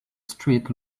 street